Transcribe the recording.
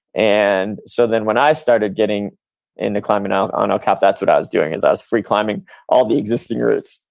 and so when i started getting into climbing out on el cap, that's what i was doing, is i was free climbing all the existing routes.